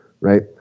right